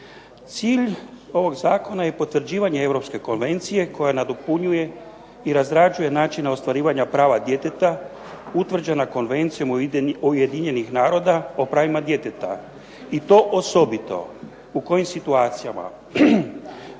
Cilj ovog zakona je potvrđivanje Europske konvencije koja nadopunjuje i razrađuje načine ostvarivanja prava djeteta utvrđena Konvencijom Ujedinjenih naroda o pravima djeteta i to osobito u kojim situacijama.